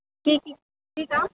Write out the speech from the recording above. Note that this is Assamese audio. কি কি কি কাম